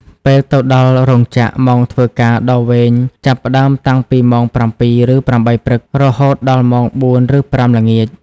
ពេលទៅដល់រោងចក្រ ម៉ោងធ្វើការដ៏វែងចាប់ផ្ដើមតាំងពីម៉ោង ៧ ឬ ៨ ព្រឹក រហូតដល់ម៉ោង ៤ ឬ ៥ ល្ងាច។